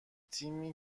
تیمی